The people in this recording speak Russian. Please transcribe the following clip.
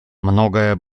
многое